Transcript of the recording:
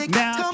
now